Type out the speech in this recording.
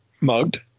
mugged